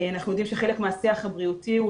אנחנו יודעים שחלק מהשיח הבריאותי הוא